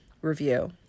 review